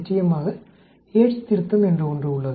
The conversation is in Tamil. நிச்சயமாக யேட்ஸ் திருத்தம் என்று ஒன்று உள்ளது